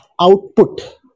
output